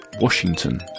Washington